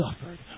suffered